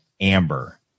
amber